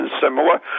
similar